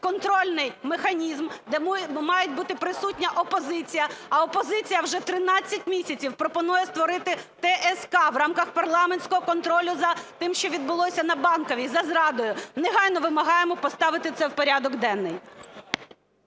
контрольний механізм, де має бути присутня опозиція, а опозиція вже 13 місяців пропонує створити ТСК в рамках парламентського контролю за тим, що відбулося на Банковій, за зрадою. Негайно вимагаємо поставити це в порядок денний.